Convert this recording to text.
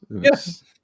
Yes